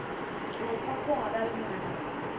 बीमा क्या है और बीमा कितने प्रकार का होता है?